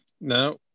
Now